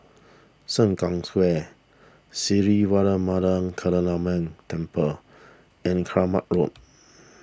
Sengkang Square Sri Temple and Kramat Road